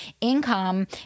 income